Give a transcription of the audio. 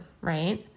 right